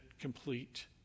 complete